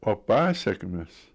o pasekmės